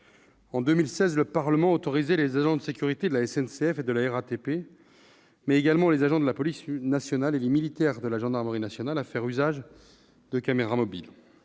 en 2016, le Parlement autorisait les agents de sécurité de la SNCF et de la RATP, mais également les agents de la police nationale et les militaires de la gendarmerie nationale, à faire usage de caméras mobiles.